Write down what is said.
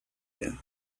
here